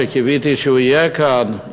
שקיוויתי שהוא יהיה כאן,